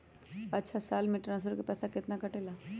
अछा साल मे ट्रांसफर के पैसा केतना कटेला?